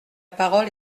parole